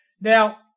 Now